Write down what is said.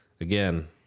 Again